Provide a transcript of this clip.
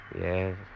Yes